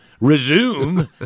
resume